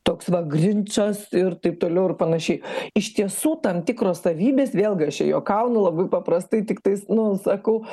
toks va grinčas ir taip toliau ir panašiai iš tiesų tam tikros savybės vėlgi aš čia juokaunu labai paprastai tiktais nu sakau